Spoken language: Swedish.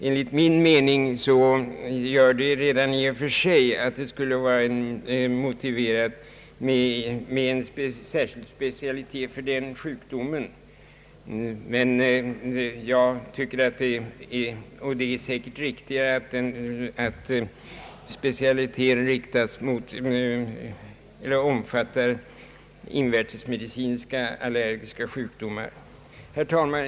Enligt min mening gör allt detta att det redan i och för sig skulle vara motiverat med en specialitet för just den sjukdomen, men det är kanske riktigare att specialiteten omfattar invärtesmedicinska allergiska sjukdomar över huvud taget. Herr talman!